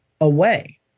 away